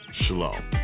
Shalom